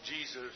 Jesus